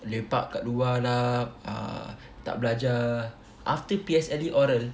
lepak kat luar lah ah tak belajar after P_S_L_E oral